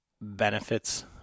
benefits